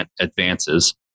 advances